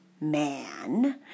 man